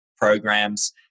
programs